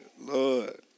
Lord